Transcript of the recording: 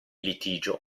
litigio